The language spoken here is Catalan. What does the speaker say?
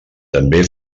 també